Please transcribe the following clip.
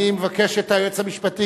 אני מבקש את היועץ המשפטי,